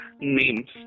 names